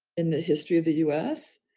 in the history of the us,